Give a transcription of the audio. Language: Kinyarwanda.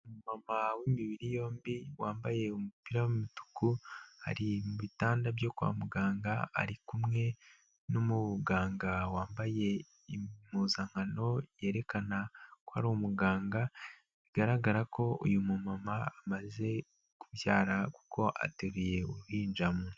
Umumama w'imibiri yombi wambaye umupira w'umutuku ari mu bitanda byo kwa muganga, ari kumwe n'umuganga wambaye impuzankano yerekana ko ari umuganga bigaragara ko uyu mumama amaze kubyara kuko ateruye uruhinja.